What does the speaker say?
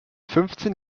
fünfzehn